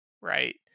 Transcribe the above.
right